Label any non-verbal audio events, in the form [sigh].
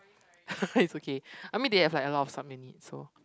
[laughs] it's okay I mean they have like a lot of sub units so